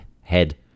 head